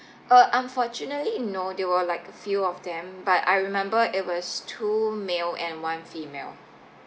uh unfortunately no they were like a few of them but I remember it was two male and one female